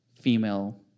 female